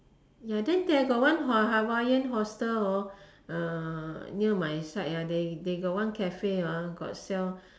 ya then they got one ha~ Hawaiian hostel hor near my side they they got one cafe got sell